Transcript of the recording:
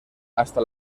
hasta